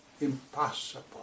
Impossible